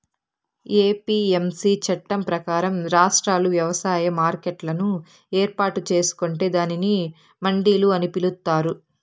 APMC చట్టం ప్రకారం, రాష్ట్రాలు వ్యవసాయ మార్కెట్లను ఏర్పాటు చేసుకొంటే దానిని మండిలు అని పిలుత్తారు